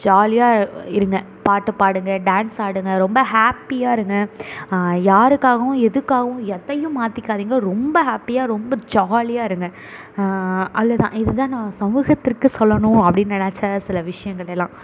ஜாலியாக இருங்கள் பாட்டு பாடுங்கள் டான்ஸ் ஆடுங்கள் ரொம்ப ஹாப்பியாக இருங்கள் யாருக்காகவும் எதுக்காகவும் எதையும் மாற்றிக்காதீங்க ரொம்ப ஹாப்பியாக ரொம்ப ஜாலியாக இருங்கள் அவ்வளோ தான் இது தான் நான் சமூகத்திற்கு சொல்லணும் அப்படின்னு நெனைச்ச சில விஷயங்கள் எல்லாம்